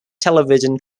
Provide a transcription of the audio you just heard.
television